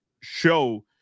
show